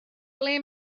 ble